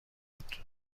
بود